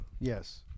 Yes